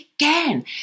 again